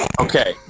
Okay